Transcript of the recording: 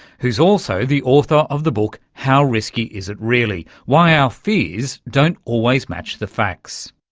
who's also the author of the book how risky is it, really? why our fears don't always match the facts.